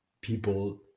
people